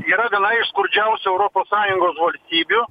yra viena iš skurdžiausių europos sąjungos valstybių